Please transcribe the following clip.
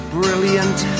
brilliant